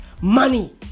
money